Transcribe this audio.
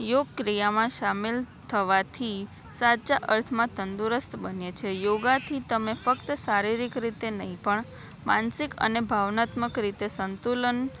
યોગક્રિયામાં સામેલ થવાથી સાચા અર્થમાં તંદુરસ્ત બને છે યોગથી તમે ફક્ત શારીરિક રીતે નહીં પણ માનસિક અને ભાવનાત્મક રીતે સંતુલન